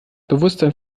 bewusstsein